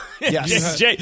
Yes